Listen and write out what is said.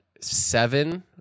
seven